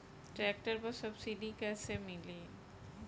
Tractor पर subsidy कैसे मिली?